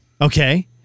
Okay